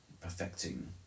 perfecting